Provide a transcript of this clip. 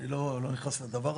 אני לא נכנס לשם,